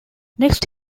next